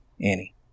Annie